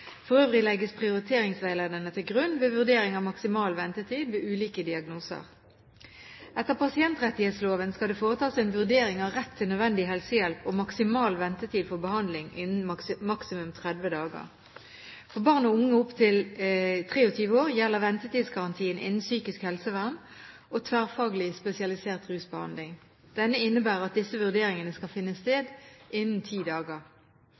For øvrig legges prioriteringsveilederne til grunn ved vurdering av maksimal ventetid ved ulike diagnoser. Etter pasientrettighetsloven skal det foretas en vurdering av rett til nødvendig helsehjelp og maksimal ventetid for behandling innen maksimum 30 dager. For barn og unge opptil 23 år gjelder ventetidsgarantien innen psykisk helsevern og tverrfaglig spesialisert rusbehandling. Denne innebærer at disse vurderingene skal finne sted innen ti dager